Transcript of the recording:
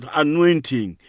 anointing